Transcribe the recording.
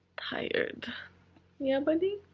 tired yeah, buddy?